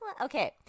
Okay